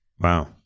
wow